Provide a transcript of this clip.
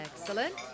Excellent